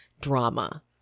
drama